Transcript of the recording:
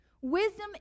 Wisdom